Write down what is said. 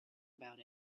about